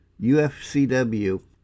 UFCW